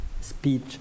speech